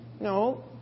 No